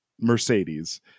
Mercedes